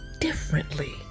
differently